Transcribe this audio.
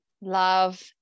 Love